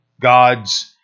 God's